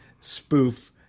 spoof